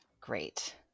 Great